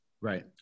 right